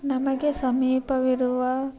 ನಮಗೆ ಸಮೀಪವಿರುವ